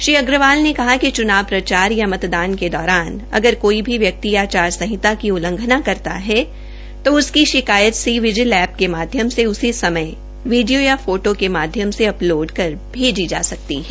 श्री अग्रवाल ने कहा कि चूनाव प्रचार या मतदान के दौरान कोई भी व्यक्ति आचार संहिता की उल्लंघना करता है तो उसकी शिकायत सी विजिल एप के माध्यम से उसी समय वीडियो या फोटो के माध्यम से अपलोड कर भेजी जा सकती है